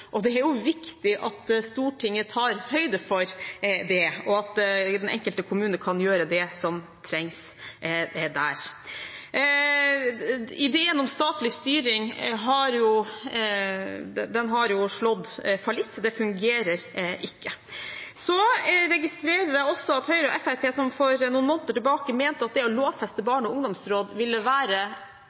Det er viktig at Stortinget tar høyde for det, og at den enkelte kommune kan gjøre det som trengs der. Ideen om statlig styring har spilt fallitt, det fungerer ikke. Så registrerer jeg også at Høyre og Fremskrittspartiet, som for noen måneder tilbake mente at det å lovfeste barne- og ungdomsråd ville være